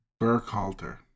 Burkhalter